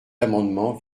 amendement